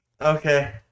Okay